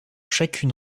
chacune